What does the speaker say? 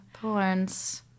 porns